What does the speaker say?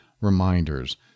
reminders